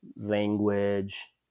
language